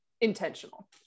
intentional